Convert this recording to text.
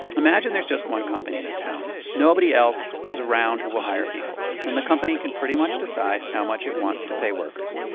imagine there's just one company in a town. nobody else is around who will hire people. and the company can pretty much decide how much it wants to pay workers.